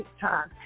time